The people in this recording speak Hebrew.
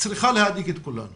צריכה להדאיג את כולנו